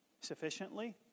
Sufficiently